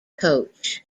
coach